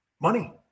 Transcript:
Money